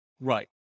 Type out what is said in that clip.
Right